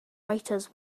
writers